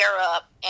up